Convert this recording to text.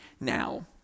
now